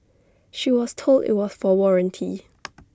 she was told IT was for warranty